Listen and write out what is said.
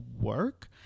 work